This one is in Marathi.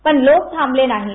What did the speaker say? पण लोक थांबले नाहीत